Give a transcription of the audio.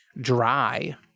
dry